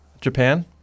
Japan